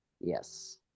Yes